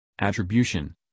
Attribution